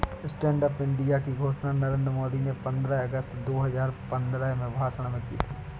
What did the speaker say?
stand up India की घोषणा नरेंद्र मोदी ने पंद्रह अगस्त दो हजार पंद्रह में भाषण में की थी